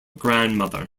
grandmother